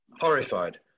horrified